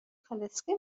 کالسکه